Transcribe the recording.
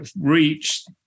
reached